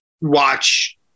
watch